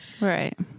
Right